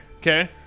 Okay